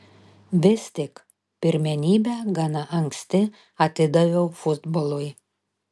vis tik pirmenybę gana anksti atidaviau futbolui